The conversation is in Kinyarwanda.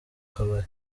kabari